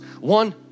One